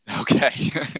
Okay